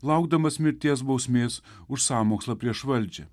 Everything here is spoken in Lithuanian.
laukdamas mirties bausmės už sąmokslą prieš valdžią